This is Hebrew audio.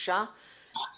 תודה רבה.